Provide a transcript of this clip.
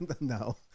no